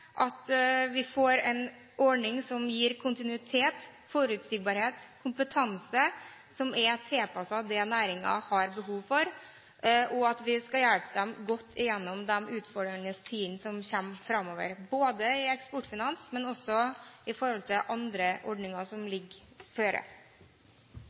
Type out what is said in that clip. at vi får en ordning som gir kontinuitet, forutsigbarhet og kompetanse, som er tilpasset det næringen har behov for, og vi skal hjelpe dem godt gjennom de utfordrende tidene som kommer framover – både Eksportfinans og også når det gjelder andre ordninger som